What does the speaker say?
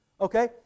Okay